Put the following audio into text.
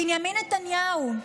בנימין נתניהו,